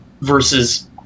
versus